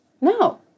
No